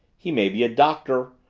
he may be a doctor,